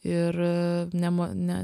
ir ne m ne